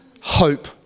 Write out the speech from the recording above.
hope